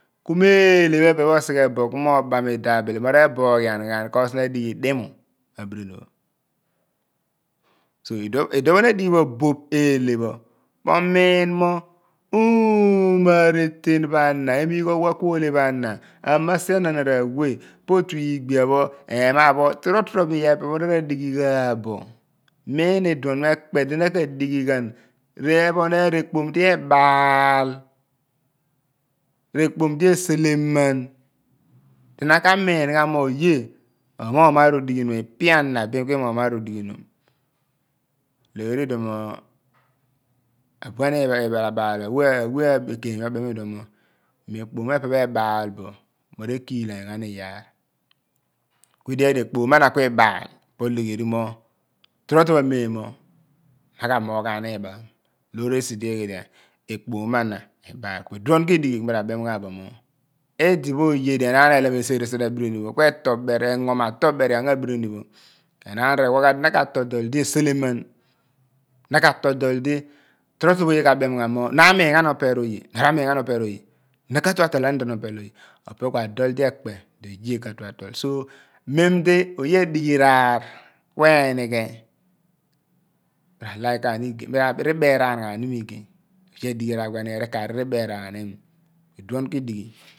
Ku me eeleh phe epe pho osi gbo ku mo bam idabili mo re boghien ghen kos na di ghi di mu abirini pho so iduo pho ner di ghi pho boph eeleh pho mo miin mo omo areten pha na emigh owe kulu oleh pha na ania sian an ra we po otu iigbia pho, ema pho, toro toro bo iyar phe epe pho na ra dighigha bo niin iduon nie kpe di na ka dighi ghen reephonen rekpom di ebaal r’ekpom di ejeleman di na kia min ghan mo oye omogh naar odighinam mi ipe ana bin ku imogh maar odighinum legheri iduon nwo abuen iphe phalabal pho ewe abekeeny obem iduon mo ekpam me epe ebal bo mo re kila any ghan iyaar ku edighi yar di ekpom mo ana ku ibaal po legheri mo torotoro amen mo na ka amoghaani iibaghani loor esi di eghi di yar ekpom mo ana ibal ku iduon ku idighi ku ni ra bew ghan bo mo idi pho oye di enaan elem esere sien abiri pho ku eto bere ango ma abiri ni pho enaan re wa ghan di na ka tol dol di ese lemen na ka dol di toro toro ba oye ka bem ghen mo na ra miin ghan opeer oye na ra miin ghan opeer oye na ka tu atoleni idipho opeer oye opo ku adol di ekpe oye ka tue atol so mem di oye adi raar kin enighe mi ra like ghaan igey ri beraan ghaani mi igey oye adighi raar ku enighe ekaari ri beraan ghan imi iduon ki dighi